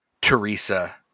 Teresa